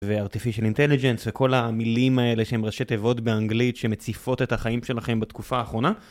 וארטיפישל אינטליג'נס וכל המילים האלה שהם ראשי תיבות באנגלית שמציפות את החיים שלכם בתקופה האחרונה.